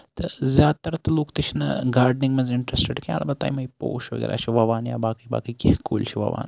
تہٕ زیادٕ تر تہِ لوٗکھ چھِنہٕ گاڈنِٛگ منٛز اِنٹرَسٹِٔڈ کیٚنٛہہ اَلبتہٕ امِکۍ پوٚش وغیرہ چھِ وَوان یا باقٕے باقٕے کیٚنٛہہ کُلۍ چھِ وَوان